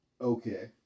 okay